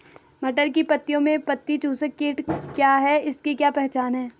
मटर की पत्तियों में पत्ती चूसक कीट क्या है इसकी क्या पहचान है?